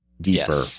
Deeper